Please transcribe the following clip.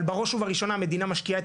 אבל בראש ובראשונה המדינה משקיעה את